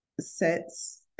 sets